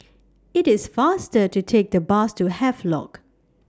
IT IS faster to Take The Bus to Havelock